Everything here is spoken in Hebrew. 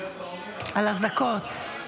על אזעקות.